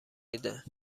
میده